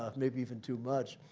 ah maybe even too much.